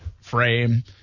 frame –